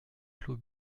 clos